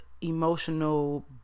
emotional